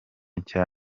nshya